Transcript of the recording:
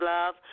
Love